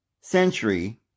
century